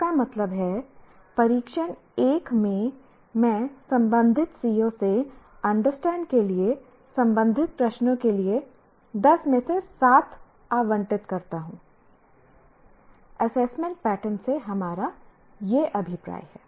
इसका मतलब है परीक्षण 1 में मैं संबंधित CO से अंडरस्टैंड के लिए संबंधित प्रश्नों के लिए 10 में से सात अंक आवंटित करता हूं एसेसमेंट पैटर्न से हमारा यह अभिप्राय है